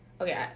Okay